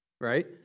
Right